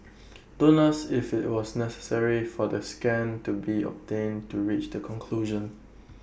don't ask if IT was necessary for the scan to be obtained to reach the conclusion